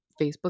Facebook